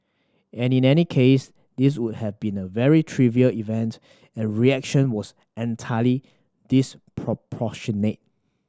any any case this would have been a very trivial event and reaction was entirely disproportionate